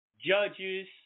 judges